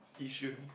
Yishun